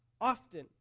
often